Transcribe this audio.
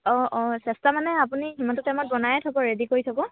অঁ অঁ চেষ্টা মানে আপুনি সিমানটো টাইমত বনায়ে থ'ব ৰেডি কৰি থ'ব